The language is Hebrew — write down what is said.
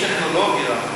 כאיש טכנולוגיה,